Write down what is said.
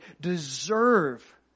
deserve